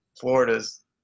florida's